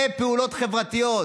זה פעולות חברתיות.